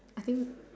I think